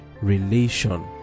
relation